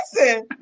listen